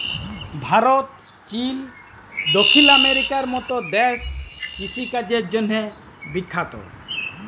Bharat, Chile, দখ্খিল আমেরিকার মত দ্যাশ কিষিকাজের জ্যনহে বিখ্যাত